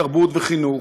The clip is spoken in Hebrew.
תרבות וחינוך,